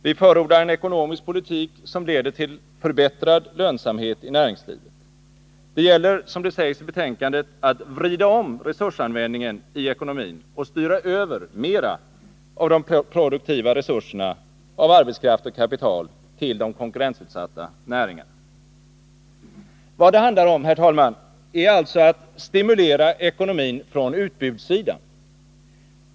Vi förordar en ekonomisk politik som leder till förbättrad lönsamhet i näringslivet. Det gäller, som det sägs i betänkandet, att vrida om resursanvändningen i ekonomin och styra över mera av de produktiva resurserna av arbetskraft och kapital till de konkurrensutsatta näringarna. Vad det handlar om, herr talman, är alltså att stimulera ekonomin från utbudssidan.